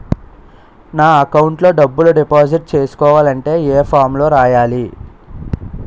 నా అకౌంట్ లో డబ్బులు డిపాజిట్ చేసుకోవాలంటే ఏ ఫామ్ లో రాయాలి?